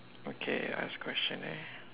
okay I ask question eh